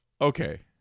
okay